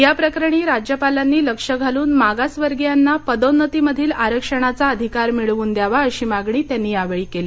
या प्रकरणी राज्यपालांनी लक्ष घालून मागासवर्गीयांना पदोन्नतीमधील आरक्षणाचा अधिकार मिळवून द्यावा अशी मागणी त्यांनी यावेळी केली